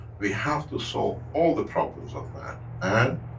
we have to solve all the problems of man and